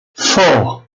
four